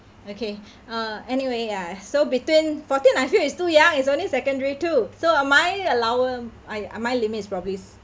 okay uh anyway ya so between fourteen I feel it's too young it's only secondary two so uh my allowance uh my limit is probably